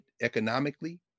economically